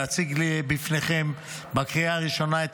אני מתכבד להציג בפניכם בקריאה ראשונה את